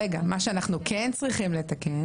רגע, מה שאנחנו כן צריכים לתקן